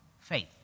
faith